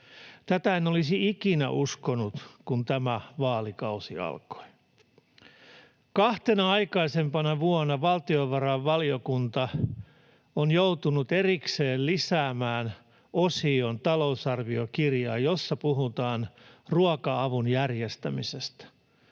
Tätä en olisi ikinä uskonut, kun tämä vaalikausi alkoi. Kahtena aikaisempana vuonna valtiovarainvaliokunta on joutunut erikseen lisäämään talousarviokirjaan osion, jossa puhutaan ruoka-avun järjestämisestä,